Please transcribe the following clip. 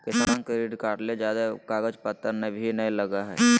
किसान credit card ले ज्यादे कागज पतर भी नय लगय हय